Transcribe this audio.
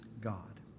God